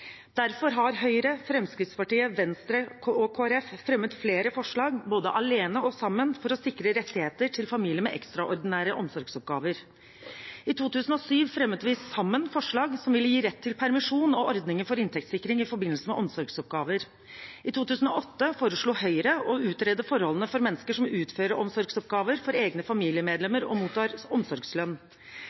Derfor har Høyre, Fremskrittspartiet, Venstre og Kristelig Folkeparti fremmet flere forslag, både alene og sammen, for å sikre rettigheter til familier med ekstraordinære omsorgsoppgaver. I 2007 fremmet vi sammen forslag som ville gi rett til permisjon og ordninger for inntektssikring i forbindelse med omsorgsoppgaver. I 2008 foreslo Høyre å utrede forholdene for mennesker som utfører omsorgsoppgaver for egne familiemedlemmer og mottar omsorgslønn.